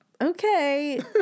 Okay